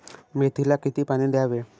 मेथीला किती पाणी द्यावे?